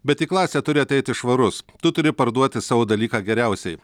bet į klasę turi ateiti švarus tu turi parduoti savo dalyką geriausiai